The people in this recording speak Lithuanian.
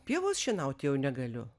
pievos šienaut jau negaliu